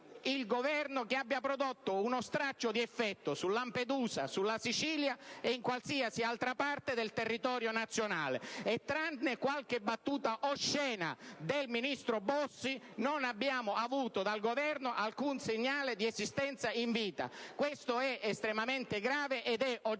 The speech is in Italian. dal Governo, che abbia prodotto uno straccio di effetto su Lampedusa, sulla Sicilia e in qualsiasi altra parte del territorio nazionale. Tranne qualche battuta oscena del ministro Bossi, dal Governo non abbiamo avuto dal Governo alcun segnale di esistenza in vita. Questo è estremamente grave ed oggettivamente